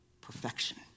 perfection